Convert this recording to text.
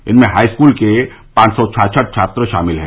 इनमें हाईस्कूल के पांच सौ छाछठ छात्र हैं